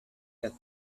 that